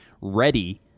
ready